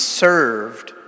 served